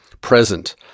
present